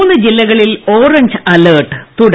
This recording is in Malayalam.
മൂന്ന് ജില്ലകളിൽ ഓറഞ്ച് അലർട്ട് തുടരും